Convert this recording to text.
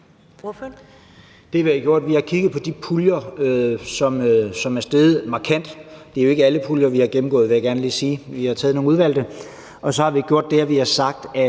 er, at vi har kigget på de puljer, som er steget markant. Det er jo ikke alle puljer, vi har gennemgået, vil jeg gerne lige sige, for vi har udvalgt nogle, og så har vi gjort det, at vi har sagt,